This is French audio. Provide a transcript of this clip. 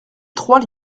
trois